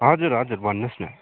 हजुर हजुर भन्नुहोस् न